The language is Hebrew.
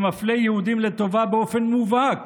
שמפלה יהודים לטובה באופן מובהק,